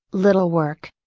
little work.